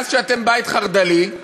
מאז שאתם בית חרד"לי,